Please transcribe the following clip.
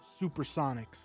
Supersonics